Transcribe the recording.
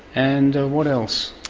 and. what else?